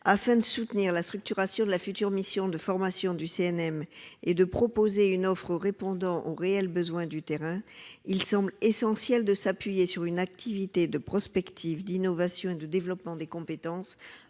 Afin de soutenir la structuration de la future mission de formation du CNM et de pouvoir proposer une offre répondant aux réels besoins du terrain, il semble essentiel de s'appuyer sur une action de prospective, d'innovation et de développement des compétences